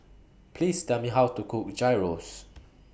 Please Tell Me How to Cook Gyros